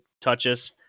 touches